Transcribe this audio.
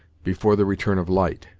before the return of light,